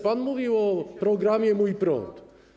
Pan mówił o programie „Mój prąd”